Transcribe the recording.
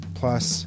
plus